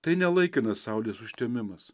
tai ne laikinas saulės užtemimas